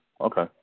okay